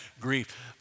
grief